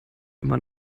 immer